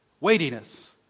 Weightiness